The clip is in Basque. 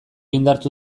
indartu